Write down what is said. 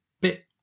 bit